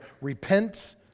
repent